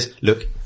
Look